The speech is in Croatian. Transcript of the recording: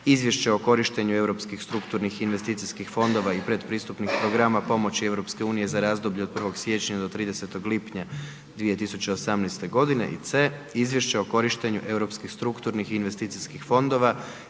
Izvješće o korištenju Europskih strukturnih i investicijskih fondova i pretpristupnih programa pomoći EU za razdoblje od 1. siječnja do 30. lipnja 2018. godine i c)Izvješće o korištenju Europskih strukturnih investicijskih fondova